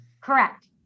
correct